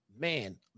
man